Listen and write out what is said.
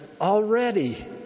already